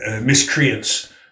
miscreants